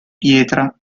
pietra